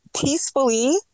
peacefully